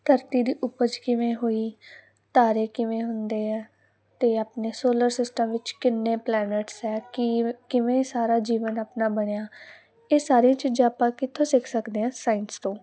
ਧਰਤੀ ਦੇ ਉਪਜ ਕਿਵੇਂ ਹੋਈ ਤਾਰੇ ਕਿਵੇਂ ਹੁੰਦੇ ਆ ਤੇ ਆਪਣੇ ਸੋਲਰ ਸਿਸਟਮ ਵਿੱਚ ਕਿੰਨੇ ਪਲੈਨਟਸ ਹੈ ਕੀ ਕਿਵੇਂ ਸਾਰਾ ਜੀਵਨ ਆਪਣਾ ਬਣਿਆ ਇਹ ਸਾਰੇ ਚੀਜ਼ਾਂ ਆਪਾਂ ਕਿੱਥੋਂ ਸਿੱਖ ਸਕਦੇ ਆਂ ਸਾਇੰਸ ਤੋਂ